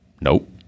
Nope